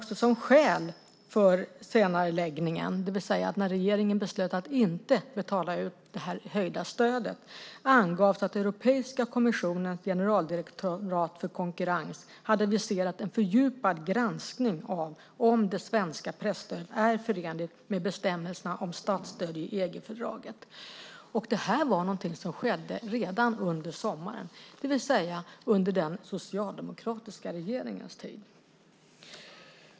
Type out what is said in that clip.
Som skäl för senareläggningen, det vill säga att regeringen beslöt att inte betala ut det här höjda stödet, angavs att Europeiska kommissionens generaldirektorat för konkurrens hade viserat en fördjupad granskning av om det svenska presstödet är förenligt med bestämmelserna om statsstöd i EG-fördraget. Det här var någonting som skedde redan under sommaren, det vill säga under den socialdemokratiska regeringens tid.